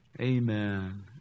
Amen